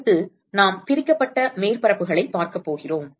அடுத்து நாம் பிரிக்கப்பட்ட மேற்பரப்புகளைப் பார்க்கப் போகிறோம்